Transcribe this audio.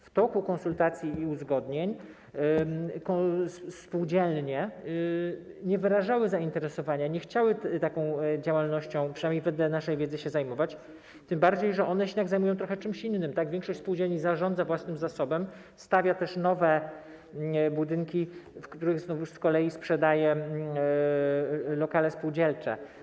W toku konsultacji i uzgodnień spółdzielnie nie wyrażały zainteresowania, nie chciały taką działalnością, przynajmniej wedle naszej wiedzy, się zajmować, tym bardziej że one się jednak zajmują czymś trochę innym, większość spółdzielni zarządza własnym zasobem, stawia też nowe budynki, w których z kolei sprzedaje lokale spółdzielcze.